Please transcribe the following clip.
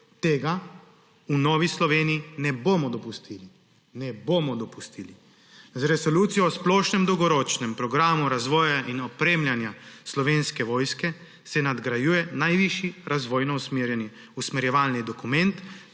Tega v Novi Sloveniji ne bomo dopustili, ne bomo dopustili. Z resolucijo o splošnem dolgoročnem programu razvoja in opremljanja Slovenske vojske se nadgrajuje najvišji razvojno-usmerjevalni dokument,